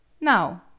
now